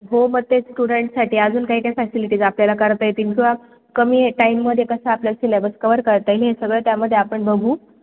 हो मग ते स्टुडंटसाठी अजून काही काही फॅसिलिटीज आपल्याला करता येतील किंवा कमी टाईममध्ये कसं आपल्याला सिलेबस कवर करता येईल सगळं त्यामध्ये आपण बघू